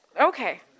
okay